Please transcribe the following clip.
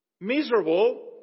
Miserable